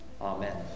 Amen